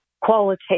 qualitative